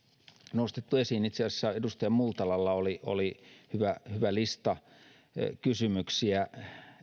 nostettu esiin itse asiassa edustaja multalalla oli oli hyvä hyvä lista kysymyksiä